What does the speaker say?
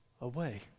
away